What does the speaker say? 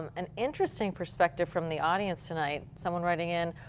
um and interesting perspective from the audience tonight. someone writing in,